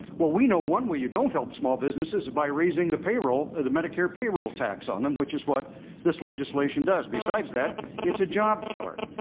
well, we know one way you don't help small businesses is by raising the payroll ah the medicare payroll tax on them, which is what this legislation does. besides that, it's a job killer.